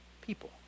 people